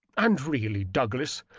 and really, douglas,